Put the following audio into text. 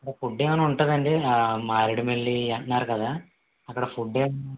అక్కడ ఫుడ్ ఏమయినా ఉంటదా అండి మారేడుమిల్లి అంటున్నారు కదా అక్కడ ఫుడ్ ఏమైనా